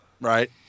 Right